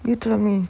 you tell a means